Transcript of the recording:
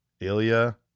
Ilya